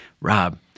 Rob